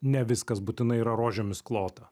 ne viskas būtinai yra rožėmis klota